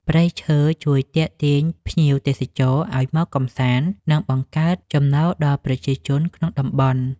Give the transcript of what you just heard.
ព្រៃឈើជួយទាក់ទាញភ្ញៀវទេសចរឱ្យមកកម្សាន្ត និងបង្កើតចំណូលដល់ប្រជាជនក្នុងតំបន់។